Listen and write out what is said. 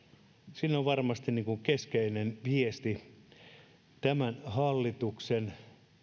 siinä on varmasti keskeinen viesti tämän hallituksen